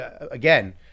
again